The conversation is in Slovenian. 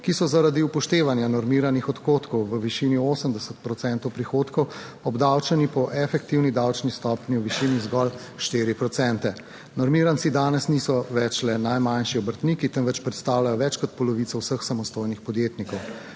ki so zaradi upoštevanja normiranih odhodkov v višini 80 procentov prihodkov obdavčeni po efektivni davčni stopnji v višini zgolj 4 procente. Normiranci danes niso več le najmanjši obrtniki, temveč predstavljajo več kot polovico vseh samostojnih podjetnikov.